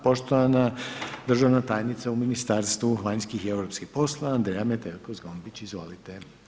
Poštovana državna tajnica u Ministarstvu vanjskih i europskih poslova, Andreja Metelko Zgombić, izvolite.